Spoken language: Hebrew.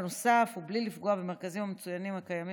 בנוסף ומבלי לפגוע במרכזים המצוינים הקיימים